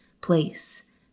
place